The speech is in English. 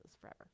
forever